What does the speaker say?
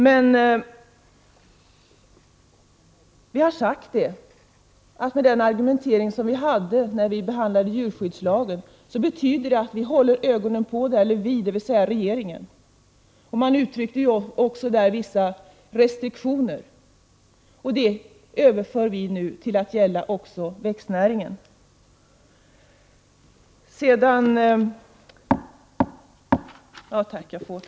Med den argumentering som vi emellertid hade då vi behandlade djurskyddslagen har vi sagt att det betyder att regeringen håller ögonen på frågan. Det infördes också vissa restriktioner. Detta överför vi nu på växtnäringens område.